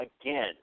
again